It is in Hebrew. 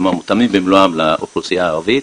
כלומר מותאמים במלואם לאוכלוסייה הערבית.